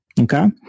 okay